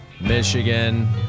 Michigan